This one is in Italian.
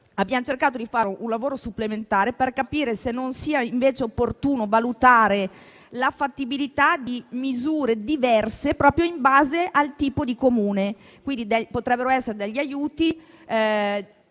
quindi cercato di fare un lavoro supplementare per capire se non sia opportuno valutare la fattibilità di misure diverse, proprio in base al tipo di Comune. Quindi, potrebbero essere dagli aiuti